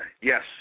yes